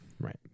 Right